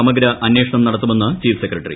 സമഗ്ര അന്വേഷണം നടത്തുമെന്ന് ചീഫ് സെക്രട്ടറി